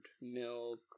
Milk